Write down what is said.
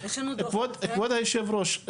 כבוד היושב ראש,